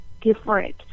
different